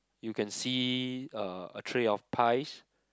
you can see uh a tray of pies